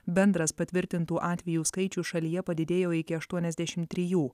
bendras patvirtintų atvejų skaičius šalyje padidėjo iki aštuoniasdešimt trijų